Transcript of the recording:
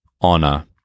honor